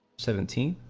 seventeen.